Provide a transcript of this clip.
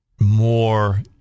more